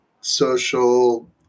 social